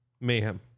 mayhem